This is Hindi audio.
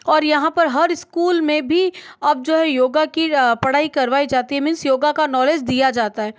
और यहाँ पर हर स्कूल में भी अब जो है योगा की पढ़ाई करवाई जाती है मीन्स योग का नॉलेज दिया जाता है